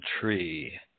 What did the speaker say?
Tree